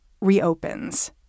reopens